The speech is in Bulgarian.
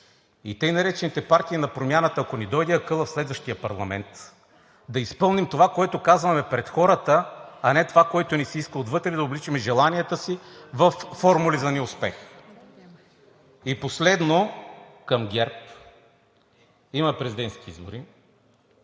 и така наречените партии на промяната, ако ни дойде акълът в следващия парламент, да изпълним това, което казваме пред хората, а не това, което ни се иска отвътре – да обличаме желанията си във формули за неуспех. И последно, към ГЕРБ – има президентски избори,